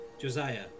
Josiah